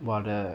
while the